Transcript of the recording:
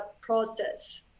process